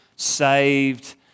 saved